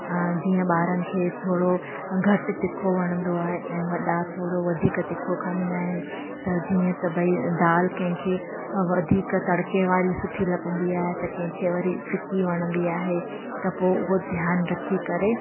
जीअं ॿारनि खे थोरो घटि तिखो वणंदो आहे ऐं वॾा थोरो वधीक तिखो खाईंदा आहिनि त जीअं त भई दाल कंहिंखे वधीक तड़के वारी सुठी लॻंदी आहे त कंहिंखे वरी फ़िकी वणंदी आहे त पोइ उहा ध्यानु रखी करे